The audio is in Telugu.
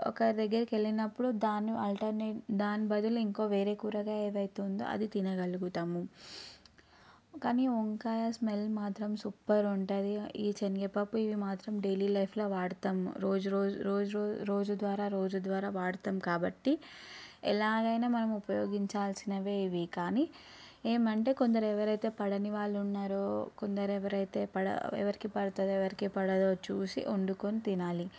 ఒకరి దగ్గరకి వెళ్ళినపుడు దాన్ని ఆల్టర్నేట్ దాన్ని బదులు ఇంకో వేరే కూరగాయ ఏదైతే ఉందో అది తినగలుగుతాము కానీ వంకాయ స్మెల్ మాత్రం సూపర్ ఉంటుంది ఈ శనగపప్పు ఇవి మాత్రం డైలీ లైఫ్లో వాడుతాము రోజు రోజు రోజు రోజు ద్వారా రోజు ద్వారా వాడతాము కాబట్టి ఎలాగైనా మనం ఉపయోగించాల్సినవి ఇవి కానీ ఏమంటే కొందరు ఎవరైతే పడని వాళ్ళు ఉన్నారో కొందరు ఎవరైతే పడ ఎవరికి పడతతో ఎవరికి పడదో చూసి వండుకొని తినాలి